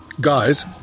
Guys